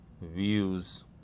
views